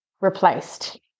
replaced